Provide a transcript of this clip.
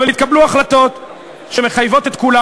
אבל התקבלו החלטות שמחייבות את כולם,